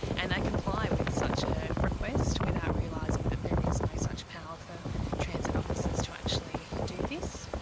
and they comply with such a request without realising that there is no such power for transit officers to actually do this.